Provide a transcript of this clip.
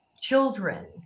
children